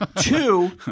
Two